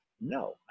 no